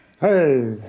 Hey